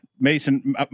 Mason